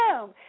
boom